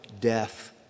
death